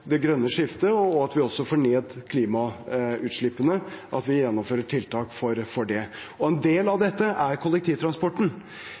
det grønne skiftet og gjennomfører tiltak for å få ned klimagassutslippene. Og en del av